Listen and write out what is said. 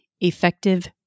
effective